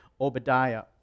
Obadiah